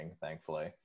thankfully